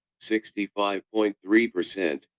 65.3%